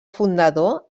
fundador